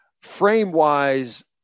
frame-wise